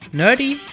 nerdy